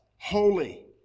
holy